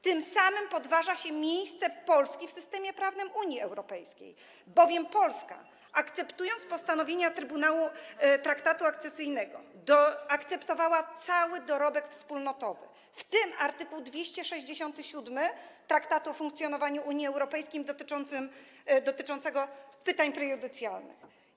Tym samym podważa się miejsce Polski w systemie prawnym Unii Europejskiej, bowiem Polska, akceptując postanowienia Traktatu Akcesyjnego, akceptowała cały dorobek wspólnotowy, w tym art. 267 Traktatu o funkcjonowaniu Unii Europejskiej dotyczący pytań prejudycjalnych.